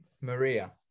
Maria